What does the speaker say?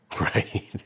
right